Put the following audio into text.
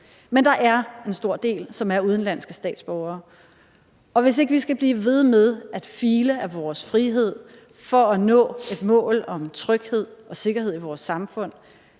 og der er en stor del, som er udenlandske statsborgere. Hvis ikke vi skal blive ved med at file af vores frihed for at nå et mål om tryghed og sikkerhed i vores samfund,